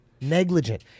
negligent